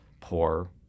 poor